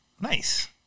Nice